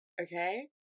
okay